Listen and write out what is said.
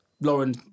Lauren